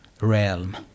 realm